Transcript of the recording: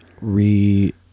re